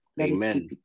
Amen